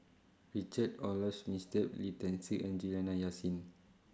Richard Olaf Winstedt Lee Deng See and Juliana Yasin